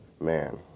man